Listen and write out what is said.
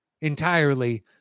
entirely